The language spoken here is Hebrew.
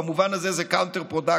במובן הזה זה counterproductive.